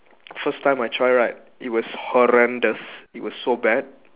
first time I try right it was horrendous it was so bad